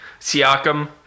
Siakam